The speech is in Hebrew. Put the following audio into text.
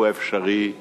הוא אפשרי בישראל.